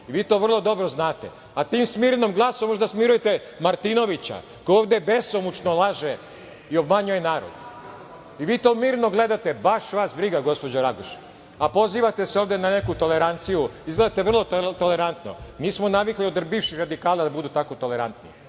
i vi to dobro znate, a tim smirenim glasom možete da smirujete Martinovića koji ovde besomučno laže i obmanjujete narod. Vi to mirno gledate, baš vas briga, gospođo Raguš, a pozivate se ovde na neku toleranciju. Izgledate vrlo tolerantno. Mi smo navikli od bivših radikala da budu tako tolerantni. Ovom